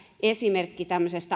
esimerkki